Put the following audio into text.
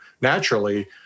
naturally